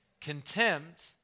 Contempt